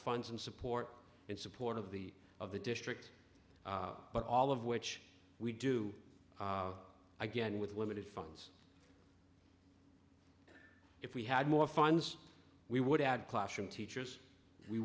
funds and support and support of the of the district but all of which we do again with limited funds if we had more funds we would add classroom teachers we